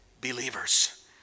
believers